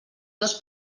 dos